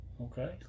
Okay